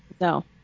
No